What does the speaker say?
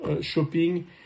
shopping